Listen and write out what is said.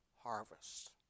harvest